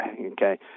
okay